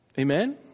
Amen